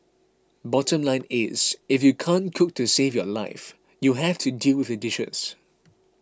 bottom line is if you can't cook to save your life you'll have to deal with the dishes